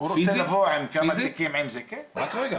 רק רגע,